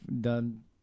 done